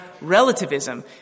relativism